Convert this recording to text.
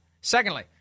secondly